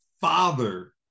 father